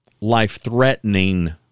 life-threatening